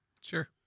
Sure